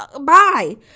Bye